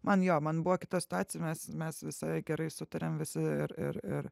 man jo man buvo kita situacija mes mes visai gerai sutarėm visi ir ir ir